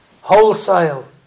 wholesale